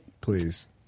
Please